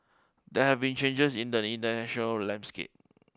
there have been changes in the international landscape